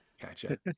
gotcha